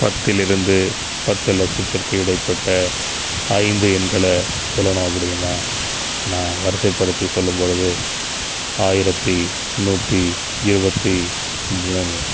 பத்திலிருந்து பத்து லட்சத்திற்கு இடைப்பட்ட ஐந்து எண்களை சொல்லணும் அப்படின்னா நான் வரிசைப்படுத்தி சொல்லும்பொழுது ஆயிரத்தி நூற்றி இருபத்தி மூணு